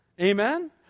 Amen